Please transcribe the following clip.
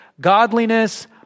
Godliness